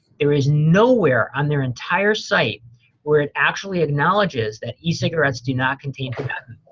there is nowhere on their entire site where it actually acknowledges that e-cigarettes do not contain tobacco.